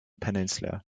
peninsula